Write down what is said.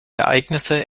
ereignisse